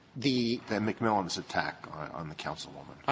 the mcmillan's attack on the council woman.